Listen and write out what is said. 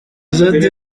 jody